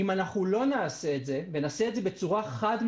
אם אנחנו לא נעשה את זה ונעשה את זה בצורה חד-ממדית,